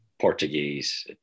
Portuguese